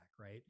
right